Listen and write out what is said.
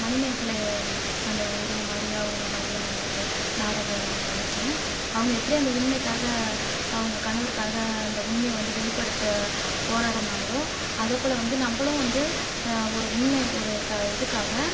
மணிமேகலை அந்த உருவம் மாதிரியே அவங்களை மாதிரியே நான் அந்த நாடகம் நடித்தேன் அவங்க எப்படி அந்த உண்மைக்காக அவங்க கணவருக்காக அந்த உண்மையை வந்து வெளிப்படுத்த போராடினாங்களோ அதே போல் வந்து நம்மளும் வந்து ஒரு உண்மையை ஒரு இதுக்காக